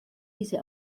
diese